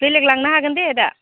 बेलेग लांनो हागोन दे दा